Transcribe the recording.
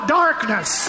darkness